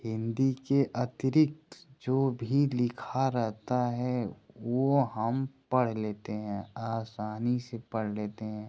हिन्दी के अतिरिक्त जो भी लिखा रहता है वो हम पढ़ लेते हैं आसानी से पढ़ लेते हैं